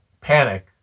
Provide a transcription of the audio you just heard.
panic